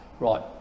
Right